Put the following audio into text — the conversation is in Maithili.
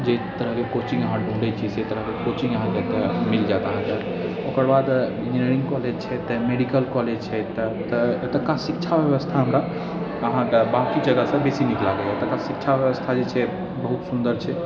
जे तरहके कोचिङ्ग अहाँ ढूँढ़ै छिए सँ तरहके कोचिङ्ग अहाँके मिल जाएत अहाँके ओकर बाद इन्जिनियरिङ्ग कॉलेज छै तखन मेडिकल कॉलेज छै तऽ तऽ एतुका शिक्षा बेबस्था हमरा अहाँके बाँकी जगहसँ बेसी नीक लागैए एतुका शिक्षा बेबस्था जे छै बहुत सुन्दर छै